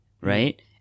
right